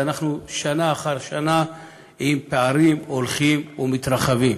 ואנחנו שנה אחר שנה עם פערים הולכים ומתרחבים,